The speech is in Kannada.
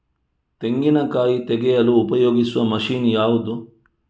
ತೆಂಗಿನಕಾಯಿ ತೆಗೆಯಲು ಉಪಯೋಗಿಸುವ ಮಷೀನ್ ಯಾವುದು?